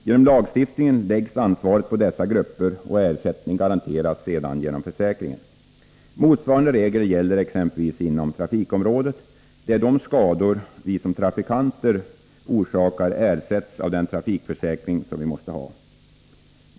Genom lagstiftningen läggs ansvaret på dessa grupper, och ersättning garanteras sedan genom försäkringen. Motsvarande regler gäller exempelvis inom trafikområdet, där de skador vi som trafikanter orsakar ersätts av den trafikförsäkring som vi måste ha.